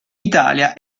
italia